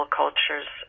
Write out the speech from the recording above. cultures